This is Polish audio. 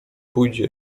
pójdzie